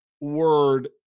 word